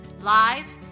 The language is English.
live